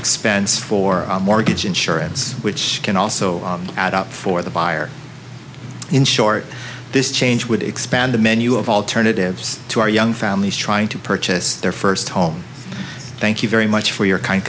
expense for mortgage insurance which can also add up for the buyer in short this change would expand the menu of alternatives to our young families trying to purchase their first home thank you very much for your kind